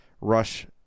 Rush